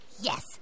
yes